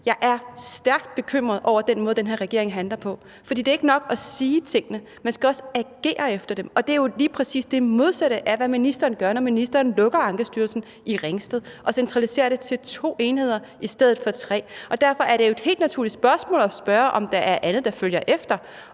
jeg er stærkt bekymret over den måde, som den her regering handler på, for det er ikke nok at sige tingene; man skal også agere efter dem. Og det er jo lige præcis det modsatte af, hvad ministeren gør, når ministeren lukker Ankestyrelsen i Ringsted og centraliserer den til to enheder i stedet for tre. Og derfor er det jo et helt naturligt spørgsmål at stille, om der er andet, der følger efter,